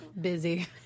busy